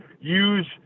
use